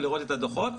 לראות את הדוחות,